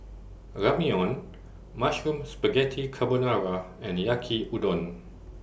Ramyeon Mushroom Spaghetti Carbonara and Yaki Udon